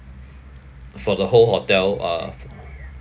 for the whole hotel uh